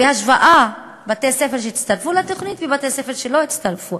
בהשוואה בין בתי-ספר שהצטרפו לתוכנית ובתי-ספר שלא הצטרפו.